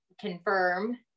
confirm